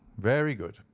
very good,